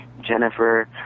Jennifer